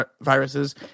viruses